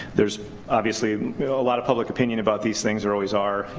there's obviously a lot of public opinion about these things. there always are,